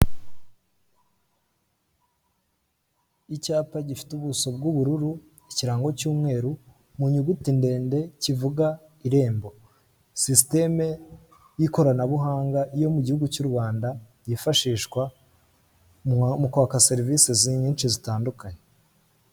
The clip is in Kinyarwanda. Icyapa gifite ubuso bw'ubururu, ikirango cy'umweru, mu nyuguti ndende kivuga irembo sisiteme y'ikoranabuhanga yo mu gihugu cy'u Rwanda yifashishwa mu kwaka serivisi z'inyinshi zitandukanye.